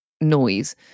noise